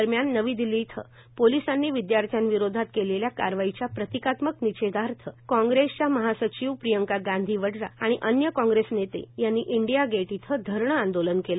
दरम्यान नवी दिल्ली इथं पोलिसांनी विद्याथ्र्यांविरोधात केलेल्या कारवाईच्या प्रतिकात्मक निषेधार्थ कांग्रेसच्या महासचिव प्रियंका गांधी वाड्रा आणि अन्य कांग्रेस नेते यांनी इंडिया गेट इथं धरणं आंदोलन केलं